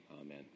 Amen